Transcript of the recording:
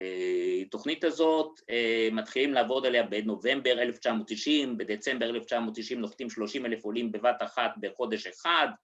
‫תוכנית הזאת, ‫מתחילים לעבוד עליה בנובמבר 1990, ‫בדצמבר 1990 נוחתים ‫30 אלף עולים בבת אחת בחודש אחד.